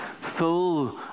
full